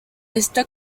está